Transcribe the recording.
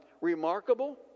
remarkable